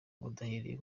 udahereye